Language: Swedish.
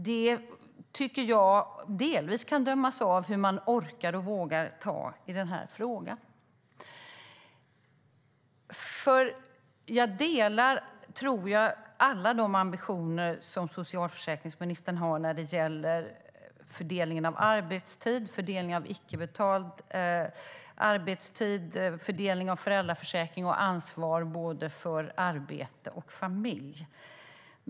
Det tycker jag delvis kan bedömas utifrån hur man orkar och vågar ta i den här frågan. Jag delar, tror jag, alla de ambitioner som socialförsäkringsministern har när det gäller fördelningen av arbetstid, fördelningen av icke-betald arbetstid, fördelningen av föräldraförsäkring och ansvar både för arbete och familj.